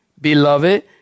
Beloved